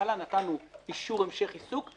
בהתחלה נתנו אישור המשך עיסוק.